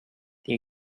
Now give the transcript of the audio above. they